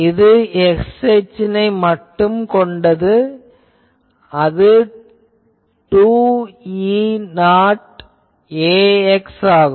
இது x அச்சினை மட்டும் கொண்டது அது 2E0 ax ஆகும்